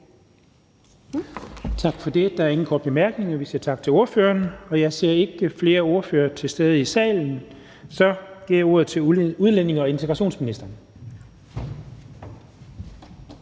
Tak for det. Der er ingen korte bemærkninger. Vi siger tak til ordføreren. Jeg ser ikke flere ordførere til stede i salen, så jeg giver ordet til udlændinge- og integrationsministeren.